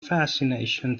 fascination